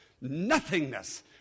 nothingness